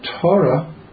Torah